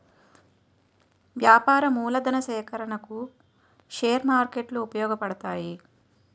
వ్యాపార మూలధన సేకరణకు షేర్ మార్కెట్లు ఉపయోగపడతాయి